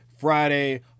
Friday